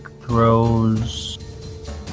throws